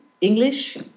English